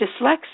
Dyslexia